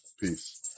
Peace